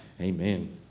Amen